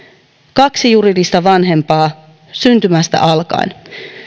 kaksi juridista vanhempaa syntymästä alkaen